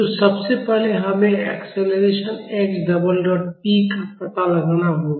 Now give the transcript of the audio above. तो सबसे पहले हमें acceleration x double dot P का पता लगाना होगा